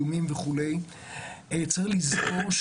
צריך לזכור,